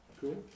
cool